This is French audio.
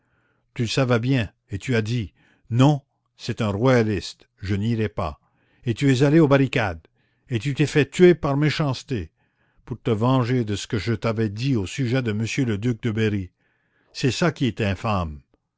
tu le savais bien et tu as dit non c'est un royaliste je n'irai pas et tu es allé aux barricades et tu t'es fait tuer par méchanceté pour te venger de ce que je t'avais dit au sujet de monsieur le duc de berry c'est ça qui est